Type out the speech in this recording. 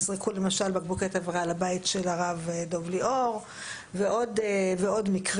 למשל נזרקו בקבוקי תבערה על הבית של הרב דב ליאור ועוד מקרים.